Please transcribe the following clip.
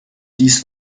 dies